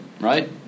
Right